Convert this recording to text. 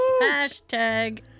Hashtag